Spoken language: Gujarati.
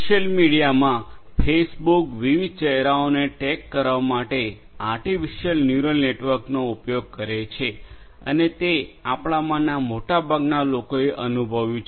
સોશિયલ મીડિયામાં ફેસબુક વિવિધ ચહેરાઓને ટેગ કરવા માટે આર્ટિફિસિઅલ ન્યુરલ નેટવર્કનો ઉપયોગ કરે છે અને તે આપણામાંના મોટાભાગના લોકોએ અનુભવ્યું છે